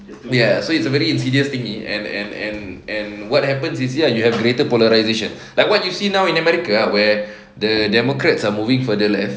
ya so it's a very insidious thingy and and what happens is you have greater polarisation like what do you see now in america where the democrats are moving further left